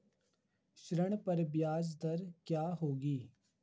ऋण पर ब्याज दर क्या होगी?